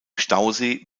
stausee